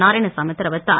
நாராயணசாமி தெரிவித்தார்